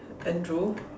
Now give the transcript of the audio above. Andrew